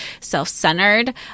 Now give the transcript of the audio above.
self-centered